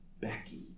Becky